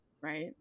right